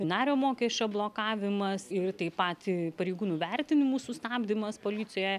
nario mokesčio blokavimas ir taip pat pareigūnų vertinimu sustabdymas policijoje